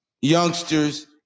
youngsters